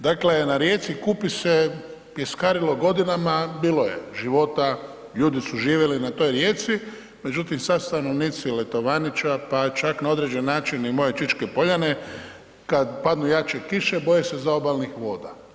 Dakle na rijeci Kupi se pjeskarilo godinama, bilo je života, ljudi su živjeli na toj rijeci međutim sad stanovnici Letovanića pa čak na određeni način i moje Čičke poljane, kada padnu jače kiše boje se zaobalnih voda.